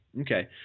Okay